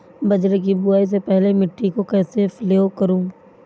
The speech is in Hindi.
बाजरे की बुआई से पहले मिट्टी को कैसे पलेवा करूं?